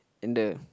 and the